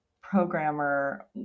programmer